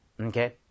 Okay